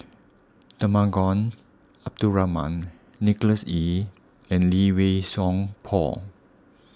Temenggong Abdul Rahman Nicholas Ee and Lee Wei Song Paul